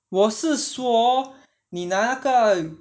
我是说你拿那个